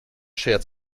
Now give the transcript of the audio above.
schert